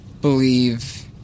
believe